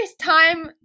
time